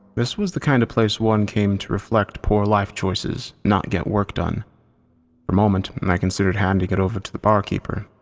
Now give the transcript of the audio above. this was the kind of place one came to reflect poor life choices, not get work done. for a moment and i considered handing it over to the barkeeper,